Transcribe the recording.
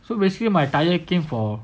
so basically my tyre came for